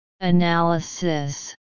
Analysis